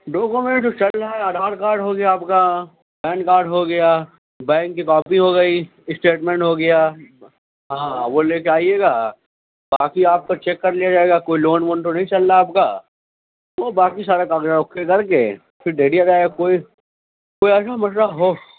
document تو چاہیے Aadhaar card ہوگیا آپ کا پین کارڈ ہوگیا بینک کی کاپی ہوگئی اسٹیٹمنٹ ہوگیا ہاں وہ لے کر آئیے گا باقی آپ کو چیک كرلیا جائے گا کوئی لون وون تو نہیں چل رہا ہے آپ کا وہ باقی سارا کام اوکے کرکے پھر دے دیا جائے کوئی کوئی ایسا مسئلہ ہو